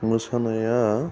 मोसानाया